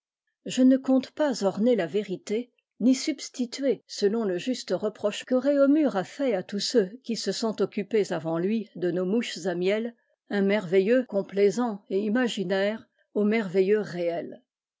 je ne compte pas orner la vérité ni substituer selon le juste reproche que réaumur a fait à tous ceux qui se sont occnpés avant lui de nos mouches à miel un merveilleux complaisant et imaginaire au meiveilleux réel